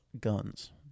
Guns